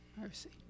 Mercy